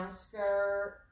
skirt